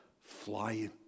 flying